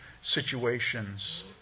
situations